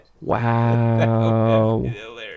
Wow